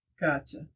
Gotcha